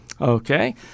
Okay